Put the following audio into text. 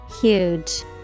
huge